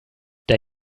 der